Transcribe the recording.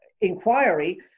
inquiry